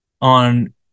on